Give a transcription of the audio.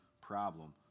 problem